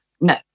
no